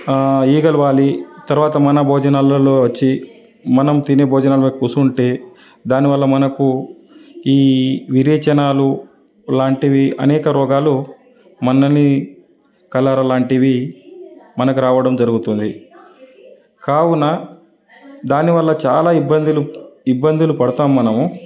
ఈగలు వాలి తరువాత మన భోజనాలలో వచ్చి మనం తినే భోజనాల మీద కూర్చుంటే దాని వల్ల మనకు ఈ విరేచనాలు లాంటివి అనేక రోగాలు మనలని కలరా లాంటివి మనకు రావడం జరుగుతుంది కావున దానివల్ల చాలా ఇబ్బందులు ఇబ్బందులు పడతాము మనము